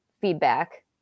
feedback